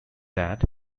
that